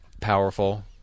powerful